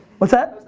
what's that?